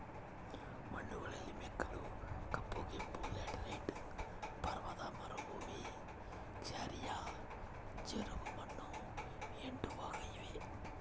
ಮಣ್ಣುಗಳಲ್ಲಿ ಮೆಕ್ಕಲು, ಕಪ್ಪು, ಕೆಂಪು, ಲ್ಯಾಟರೈಟ್, ಪರ್ವತ ಮರುಭೂಮಿ, ಕ್ಷಾರೀಯ, ಜವುಗುಮಣ್ಣು ಎಂಟು ಭಾಗ ಇವೆ